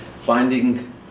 finding